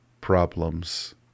problems